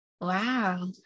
wow